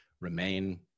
remain